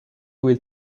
will